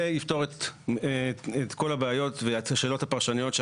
זה יפתור את כל הבעיות ואת השאלות הפרשניות.